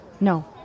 no